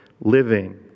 living